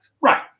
Right